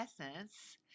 essence